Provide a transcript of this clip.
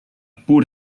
pur